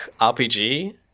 RPG